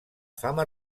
fama